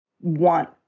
want